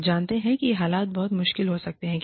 आप जानते हैं कि ये हालात बहुत मुश्किल हो सकते हैं